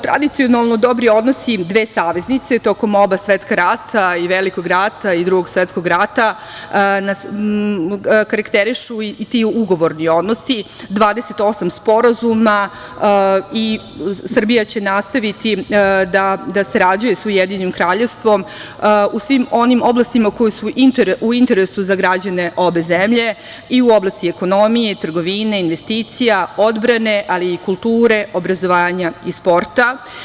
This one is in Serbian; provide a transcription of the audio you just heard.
Tradicionalno dobri odnosi dve saveznice tokom oba svetska rata i Velikog rata i Drugog svetskog rata nas karakterišu i ti ugovorni odnosi, 28 sporazuma i Srbija će nastaviti da sarađuje sa UK u svim onim oblastima koji su u interesu za građane obe zemlje, i u oblasti ekonomije, trgovine, investicija, odbrane, ali i kulture, obrazovanja i sporta.